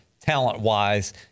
talent-wise